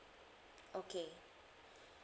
okay